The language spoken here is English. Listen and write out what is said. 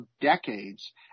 decades